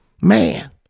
Man